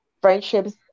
friendships